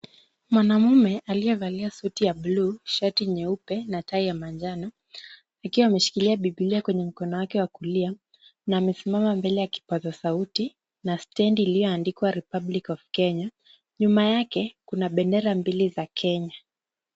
Mwanaume aliyevalia suti ya blue na shati nyeupe na tai ya manjano. Ikiwa ameshikilia bibilia kwa mkono wake kulia na amesimama mbele ya kipaza sauti na stendi iyoandikwa republic of Kenya .Nyuma yake kuna bendera mbili za Kenya.